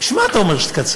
בשביל מה אתה אומר שתקצר?